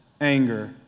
anger